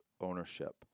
ownership